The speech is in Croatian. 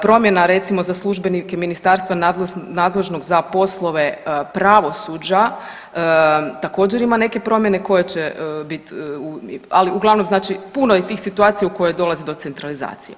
Promjena recimo za službenike ministarstva nadležnog za poslove pravosuđa također ima neke promjene koje će bit, ali uglavnom znači puno je tih situacija u koje dolazi do centralizacije.